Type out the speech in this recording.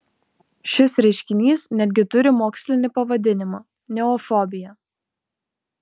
šis reiškinys netgi turi mokslinį pavadinimą neofobija